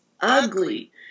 ugly